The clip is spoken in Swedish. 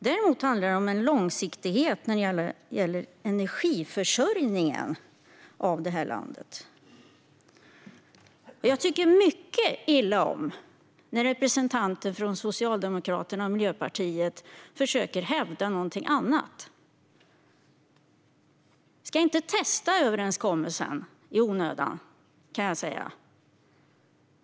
Däremot handlar det om långsiktighet när det gäller energiförsörjningen av det här landet, och jag tycker mycket illa om när representanter för Socialdemokraterna och Miljöpartiet försöker att hävda någonting annat. Man ska inte testa överenskommelsen i onödan, kan jag säga.